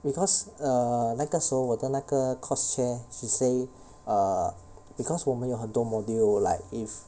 because err 那个时候我的那个 course chair she say err because 我们有很多 module like if